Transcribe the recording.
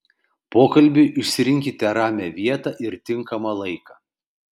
pokalbiui išsirinkite ramią vietą ir tinkamą laiką